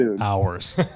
hours